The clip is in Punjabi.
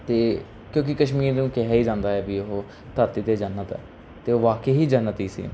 ਅਤੇ ਕਿਉਂਕਿ ਕਸ਼ਮੀਰ ਨੂੰ ਕਿਹਾ ਹੀ ਜਾਂਦਾ ਹੈ ਵੀ ਉਹ ਧਰਤੀ 'ਤੇ ਜੰਨਤ ਹੈ ਅਤੇ ਉਹ ਵਾਕਿਆ ਹੀ ਜੰਨਤ ਹੀ ਸੀ